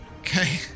okay